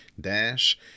Dash